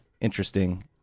interesting